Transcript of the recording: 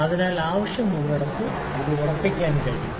അതിനാൽ ആവശ്യമുള്ളിടത്ത് ഇത് ഉറപ്പിക്കാൻ ആകും